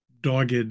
dogged